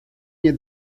nie